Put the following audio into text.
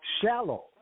shallow